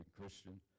Christian